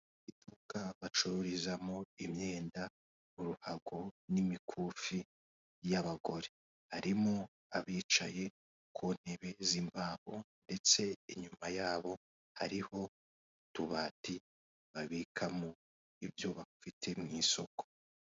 Iduka bacururizamo imyenda, uruhago n'imikufi y'abagore, harimo abicaye ku ntebe z'imbaho ndetse inyuma yabo hariho utubati babikamo ibyo bafite mu isoko.